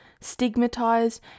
stigmatized